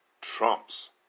Trump's